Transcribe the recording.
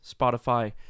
Spotify